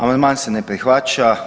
Amandman se ne prihvaća.